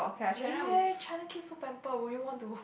really meh China kids so pamper will you want to